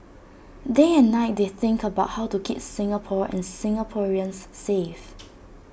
day and night they think about how to keep Singapore and Singaporeans safe